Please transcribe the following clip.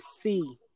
see